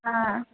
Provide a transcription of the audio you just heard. હા